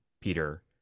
peter